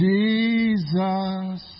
Jesus